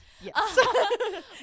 yes